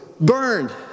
Burned